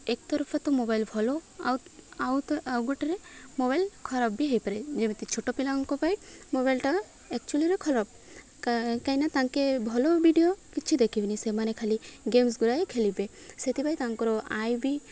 ଏକ ତରଫ ତ ମୋବାଇଲ୍ ଭଲ ଆଉ ଆଉ ତ ଆଉ ଗୋଟେରେ ମୋବାଇଲ୍ ଖରାପ ବି ହୋଇପାରେ ଯେମିତି ଛୋଟ ପିଲାଙ୍କ ପାଇଁ ମୋବାଇଲ୍ଟା ଏକ୍ଚୁଲିରେ ଖରାପ କାହିଁକିନା ତାଙ୍କେ ଭଲ ଭିଡ଼ିଓ କିଛି ଦେଖିବିନି ସେମାନେ ଖାଲି ଗେମ୍ସଗୁଡ଼ାଏ ଖେଳିବେ ସେଥିପାଇଁ ତାଙ୍କର ଆଇ ବି